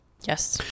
Yes